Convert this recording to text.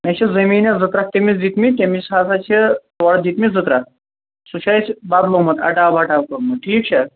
مےٚ چھِ زٔمیٖنس زٕ ترٛکھ تٔمس دِتہِ مٕتۍ تمہِ ہسا چھِ تورٕ دِتہِ مٕتۍ زٕ ترٛکھ سُہ چھِ اسہِ بدلومُت اٹا بٹا کورمُت ٹھیٖک چھا